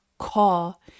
Call